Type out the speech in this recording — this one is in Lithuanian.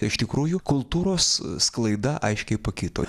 iš tikrųjų kultūros sklaida aiškiai pakito